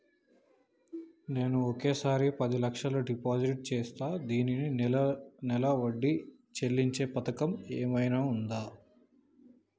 నేను ఒకేసారి పది లక్షలు డిపాజిట్ చేస్తా దీనికి నెల నెల వడ్డీ చెల్లించే పథకం ఏమైనుందా?